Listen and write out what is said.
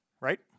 right